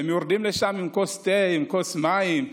הם יורדים לשם עם כוס תה, עם כוס מים,